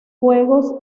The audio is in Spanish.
juegos